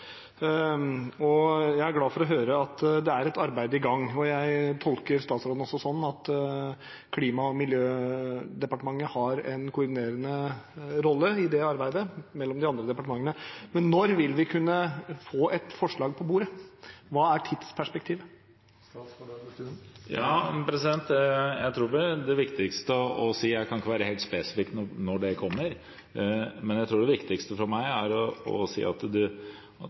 Jeg er glad for å høre at det er et arbeid i gang. Jeg tolker statsråden også slik at Klima- og miljødepartementet har en koordinerende rolle i dette arbeidet med de andre departementene. Når vil vi kunne få et forslag på bordet? Hva er tidsperspektivet? Jeg tror det viktigste for meg å si – jeg kan ikke være helt spesifikk om når det kommer – er at det viktige er å følge opp overvannsutvalget. Det er